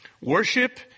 Worship